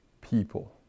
people